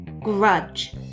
Grudge